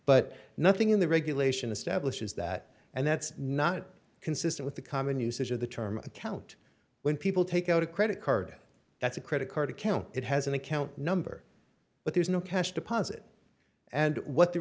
but nothing in the regulation establishes that and that's not consistent with the common usage of the term account when people take out a credit card that's a credit card account it has an account number but there's no cash deposit and what the